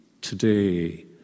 today